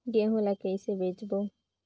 गहूं ला कइसे बेचबो?